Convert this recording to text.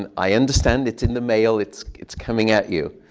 and i understand. it's in the mail. it's it's coming at you.